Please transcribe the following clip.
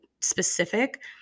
specific